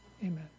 amen